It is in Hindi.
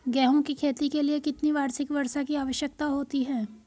गेहूँ की खेती के लिए कितनी वार्षिक वर्षा की आवश्यकता होती है?